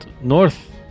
north